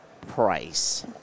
price